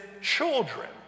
children